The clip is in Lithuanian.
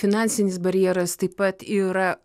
finansinis barjeras taip pat yra